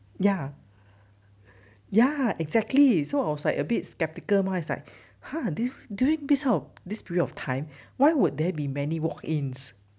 ya ya exactly so I was like a bit sceptical mah is like !huh! during this how this period of time why would there be many walk ins